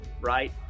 right